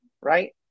right